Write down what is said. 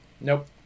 nope